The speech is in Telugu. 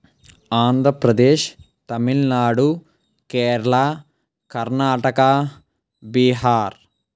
ఆంధ్రప్రదేశ్ తమిళ్నాడు కేరళ కర్ణాటక బీహార్